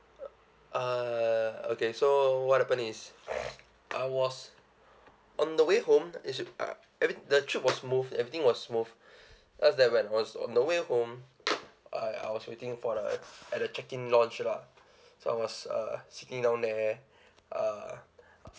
uh okay so what happen is I was on the way home it's a uh I mean the trip was smooth everything was smooth just that when I was on the way home I I was waiting for the at the check in launch lah so I was uh sitting down there uh